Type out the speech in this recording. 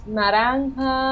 naranja